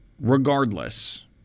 Regardless